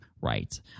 right